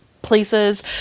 places